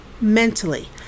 mentally